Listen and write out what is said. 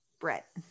Brett